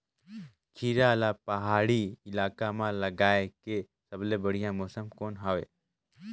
खीरा ला पहाड़ी इलाका मां लगाय के सबले बढ़िया मौसम कोन हवे?